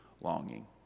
longing